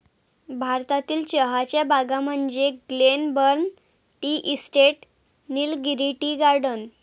भारतातील चहाच्या बागा म्हणजे Glenburn tea estate, Nilgiri tea garden